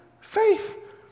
faith